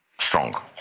strong